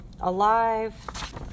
alive